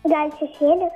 gal šešėlis